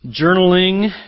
journaling